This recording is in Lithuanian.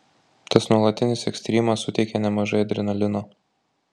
tas nuolatinis ekstrymas suteikia nemažai adrenalino